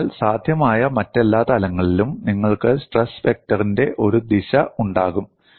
അതിനാൽ സാധ്യമായ മറ്റെല്ലാ തലങ്ങളിലും നിങ്ങൾക്ക് സ്ട്രെസ് വെക്ടറിന്റെ ഒരു ദിശ ഉണ്ടാകും